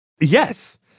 Yes